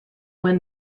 when